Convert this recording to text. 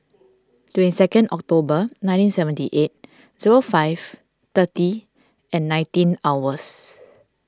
twenty second October nineteen seventy eight zero five thirty and nineteen hours